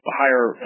higher